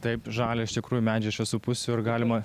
taip žalia iš tikrųjų medžiai iš visų pusių ir galima